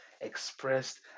expressed